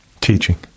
teaching